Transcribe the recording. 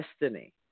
Destiny